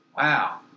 Wow